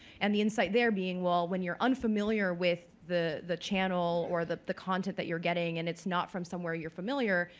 and the insight there being, well, when you're unfamiliar with the the channel or the the contents that you're getting and it's he not from somewhere you're familiar,